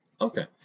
Okay